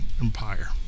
empire